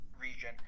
region